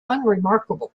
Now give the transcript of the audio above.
unremarkable